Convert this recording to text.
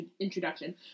introduction